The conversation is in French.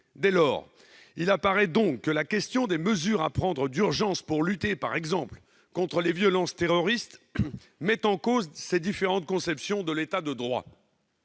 Dès lors, il apparaît que la question des mesures à prendre d'urgence pour lutter, par exemple, contre les violences terroristes, met en cause ces différentes conceptions de l'État de droit.